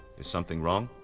is something wrong?